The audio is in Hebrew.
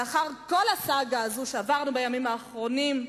לאחר כל הסאגה הזו שעברנו בימים האחרונים,